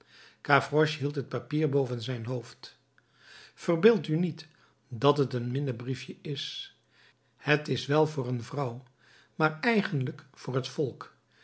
gavroche hield het papier boven zijn hoofd verbeeld u niet dat het een minnebriefje is het is wel voor een vrouw maar eigenlijk voor het volk